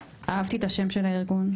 אהבתי את השם של הארגון.